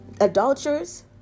adulterers